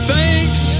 thanks